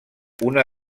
una